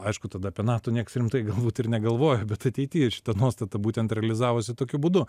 aišku tada apie nato niekas rimtai galvoti ir negalvojo bet ateity šita nuostata būtent realizavusi tokiu būdu